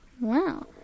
Wow